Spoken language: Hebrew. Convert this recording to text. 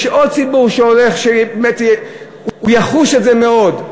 יש עוד ציבור שיחוש את זה מאוד.